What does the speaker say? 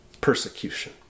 persecution